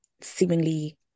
seemingly